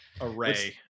array